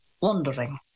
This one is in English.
wondering